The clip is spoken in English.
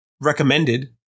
recommended